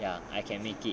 ya I can make it